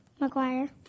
McGuire